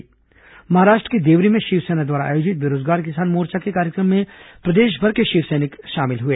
महाराष्ट्र के देवरी में शिवसेना द्वारा आयोजित बेरोजगार किसान मोर्चा के कार्यक्रम में प्रदेशभर के शिव सैनिक शामिल हुए